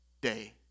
day